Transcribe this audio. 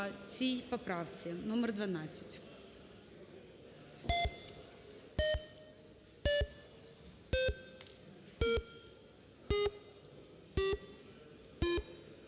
цій поправці номер 12.